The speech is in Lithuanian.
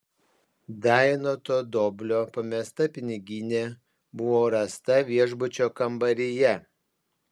dainoto doblio pamesta piniginė buvo rasta viešbučio kambaryje